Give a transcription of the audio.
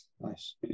nice